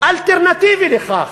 האלטרנטיבי לכך,